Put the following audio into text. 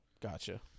Gotcha